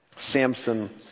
Samson